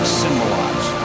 symbolize